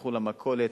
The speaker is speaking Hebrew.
ילכו למכולת,